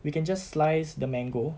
we can just slice the mango